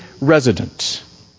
resident